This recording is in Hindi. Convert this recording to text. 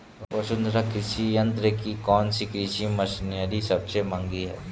वसुंधरा कृषि यंत्र की कौनसी कृषि मशीनरी सबसे महंगी है?